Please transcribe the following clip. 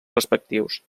respectius